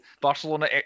Barcelona